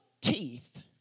teeth